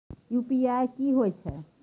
UPI की होय छै?